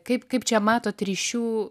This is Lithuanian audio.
kaip kaip čia matot ryšių